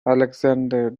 alexander